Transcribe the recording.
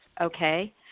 okay